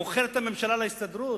הוא מוכר את הממשלה להסתדרות?